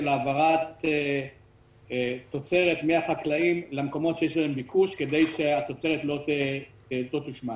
העברת תוצרת מן החקלאים למקומות שיש לה ביקוש כדי שהתוצרת לא תושמד.